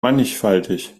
mannigfaltig